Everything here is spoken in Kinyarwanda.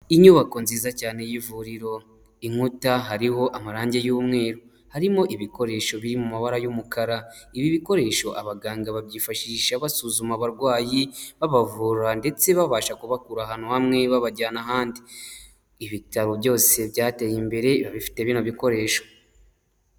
Inyubako nziza cyane y'ivuriro, inkuta hariho amarangi y'umweru, harimo ibikoresho biri mu mabara y'umukara, ibi bikoresho abaganga babyifashisha basuzuma abarwayi babavura ndetse babasha kubakura ahantu hamwe babajyana ahandi, ibitaro byose byateye imbere biba bifite bino bikoresho.